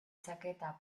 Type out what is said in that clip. chaqueta